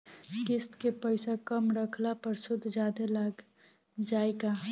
किश्त के पैसा कम रखला पर सूद जादे लाग जायी का?